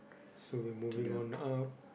so ya moving on uh